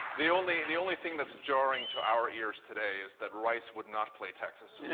the only the only thing that's jarring to our ears today is that rice would not play texas.